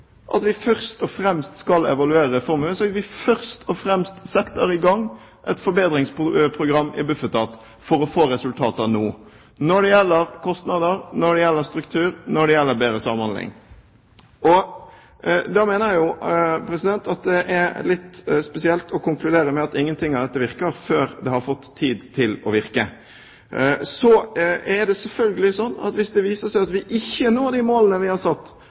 at vi først og fremst skal evaluere reformen, men at vi setter i gang et forbedringsprogram i Bufetat for å få resultater nå – når det gjelder kostnader, når det gjelder struktur, når det gjelder bedre samhandling. Jeg mener det er litt spesielt å konkludere med at ingenting av dette virker før det har fått tid til å virke. Hvis det viser seg at vi ikke når de målene vi har satt,